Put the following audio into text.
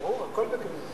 ברור, הכול בכנות.